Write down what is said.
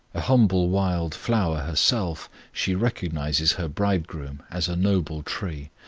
a humble wild flower herself, she recognizes her bridegroom as a noble tree,